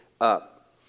up